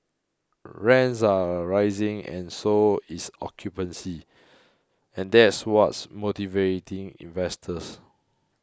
rents are rising and so is occupancy and that's what's motivating investors